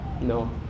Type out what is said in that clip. No